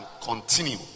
continue